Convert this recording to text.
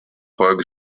folge